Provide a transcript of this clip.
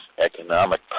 economic